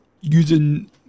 using